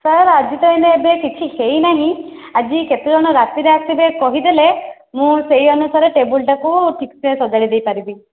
sir ଆଜି ତ ଏହିନେ କିଛି ହୋଇନାହିଁ ଆଜି କେତେ ଜଣ ରାତିରେ ଆସିବେ କହିଦେଲେ ମୁଁ ସେହି ଅନୁସାରେ ଟେବୁଲ୍ଟାକୁ ଠିକ ସେ ସଜାଡ଼ି ଦେଇପାରିବି